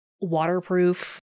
waterproof